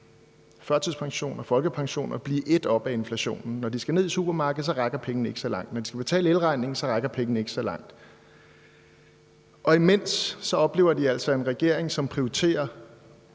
førtidspensioner, folkepensioner – blive ædt op af inflationen. Når de skal ned i supermarkedet, rækker pengene ikke så langt. Når de skal betale elregningen, rækker pengene ikke så langt. Imens oplever de altså en regering, som prioriterer